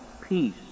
peace